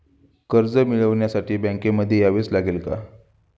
कर्ज मिळवण्यासाठी बँकेमध्ये यावेच लागेल का?